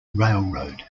railroad